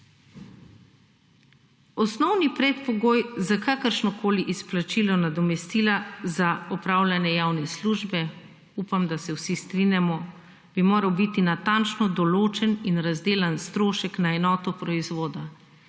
Osnovni predpogoj za kakršnokoli izplačilo nadomestila za opravljanje javne službe, upam da se vsi strinjamo, bi moral biti natančno določen in razdelan strošek na enoto proizvoda,